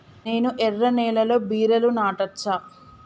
నేను ఎర్ర నేలలో బీరలు నాటచ్చా?